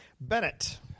bennett